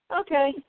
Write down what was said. okay